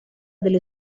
delle